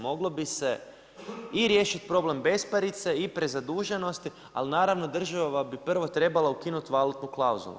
Moglo bi se i riješiti problem i besparice i prezaduženosti ali naravno država bi prvo trebala ukinuti valutnu klauzulu.